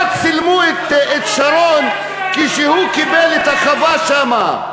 צילומי אוויר לא צילמו את שרון כשהוא קיבל את החווה שם.